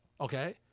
Okay